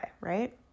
Right